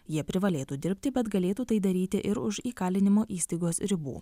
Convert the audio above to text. jie privalėtų dirbti bet galėtų tai daryti ir už įkalinimo įstaigos ribų